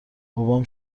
بابام